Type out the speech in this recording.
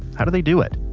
how do they do it?